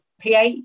PA